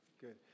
good